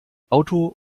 auto